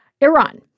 Iran